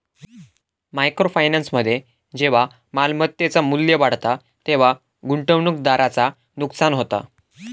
micro फायनान्समध्ये जेव्हा मालमत्तेचा मू्ल्य वाढता तेव्हा गुंतवणूकदाराचा नुकसान होता